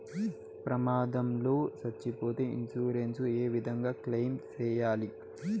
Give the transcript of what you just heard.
ప్రమాదం లో సచ్చిపోతే ఇన్సూరెన్సు ఏ విధంగా క్లెయిమ్ సేయాలి?